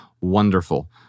wonderful